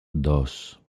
dos